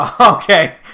Okay